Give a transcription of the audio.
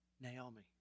Naomi